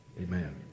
Amen